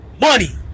Money